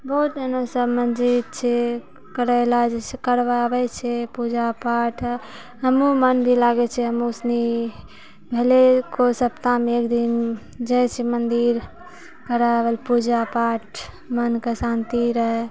बहुत एहनो सभ मस्जिद छै करैला करबाबै छै पूजा पाठ हमहुँ मन्दिर आबै छियै हमरो सनि भेलै कोइ सप्ताहमे एक दिन जाइ छियै मन्दिर कराबैले पूजा पाठ मनके शान्तिरे